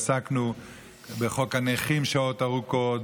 עסקנו בחוק הנכים שעות ארוכות,